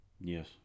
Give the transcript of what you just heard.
Yes